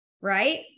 right